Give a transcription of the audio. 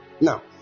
Now